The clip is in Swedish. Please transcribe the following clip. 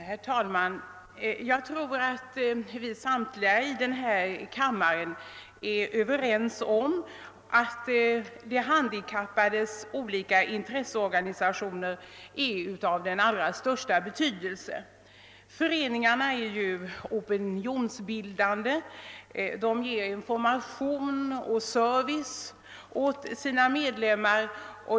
Herr talman! Jag tror att vi samtliga i denna kammare är överens om att de handikappades olika intresseorganisationer är av den allra största betydelse. Föreningarna är ju opinionsbildande. De ger information och service åt sina medlemmar.